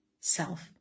self